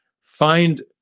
find